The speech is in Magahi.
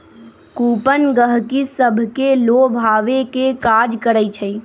कूपन गहकि सभके लोभावे के काज करइ छइ